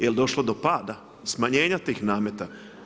Je li došlo do pada smanjenja tih nameta?